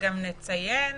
גם נציין